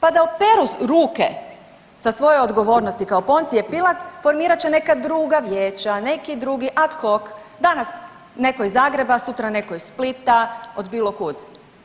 Pa da operu ruke sa svoje odgovornosti kao Poncije Pilat formirat će neka druga vijeća, neki drugi ad hoc, danas neko iz Zagreba, sutra neko iz Splita od bilo kud,